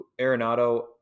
Arenado